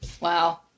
Wow